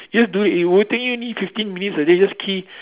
just do it it will only take you only fifteen minutes a day just key